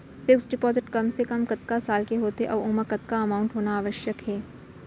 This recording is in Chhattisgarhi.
फिक्स डिपोजिट कम से कम कतका साल के होथे ऊ ओमा कतका अमाउंट होना आवश्यक हे?